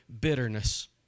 bitterness